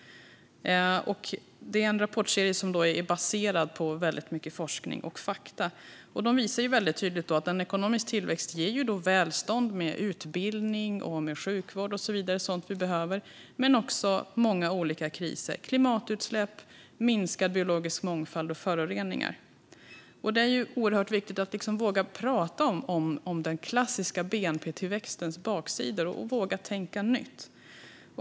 Det är en rapportserie som är baserad på mycket forskning och fakta. De visar tydligt att ekonomisk tillväxt ger välstånd med utbildning, sjukvård och så vidare - sådant vi behöver. Men det leder också till många olika kriser som klimatutsläpp, minskad biologisk mångfald och ökade föroreningar. Det är oerhört viktigt att våga prata om den klassiska bnp-tillväxtens baksidor och att våga tänka nytt.